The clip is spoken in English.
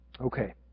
Okay